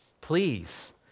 please